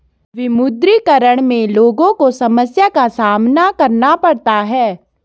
विमुद्रीकरण में लोगो को समस्या का सामना करना पड़ता है